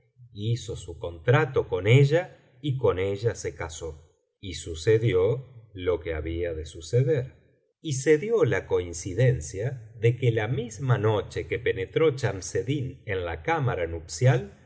hizo su contrato con ella y con ella se casó y sucedió lo que había de suceder y se dio la coincidencia de que la misma noche que penetró chamseddin en la cámara nupcial